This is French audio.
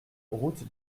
route